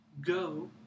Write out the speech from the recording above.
Go